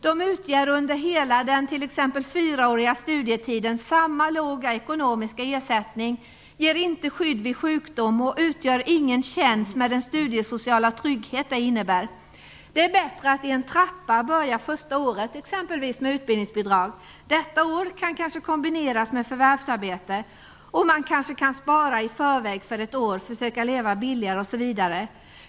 De utgör t.ex. under hela den fyraåriga studietiden samma låga ekonomiska ersättning, ger inte skydd vid sjukdom och utgör ingen tjänst med den studiesociala trygghet som det innebär. Det är bättre att i en trappa börja första året exempelvis med utbildningsbidrag. Detta år kan kanske kombineras med förvärvsarbete. Man kan kanske också spara i förväg för ett år, försöka leva billigare osv.